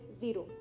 zero